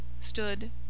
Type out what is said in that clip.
stood